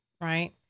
right